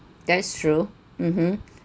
that's true mmhmm